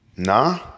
Nah